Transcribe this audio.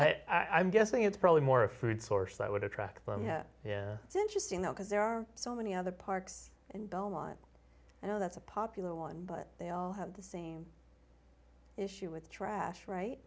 right i'm guessing it's probably more a food source that would attract them yeah it's interesting though because there are so many other parks in belmont you know that's a popular one but they all have the same issue with trash right